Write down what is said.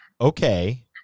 okay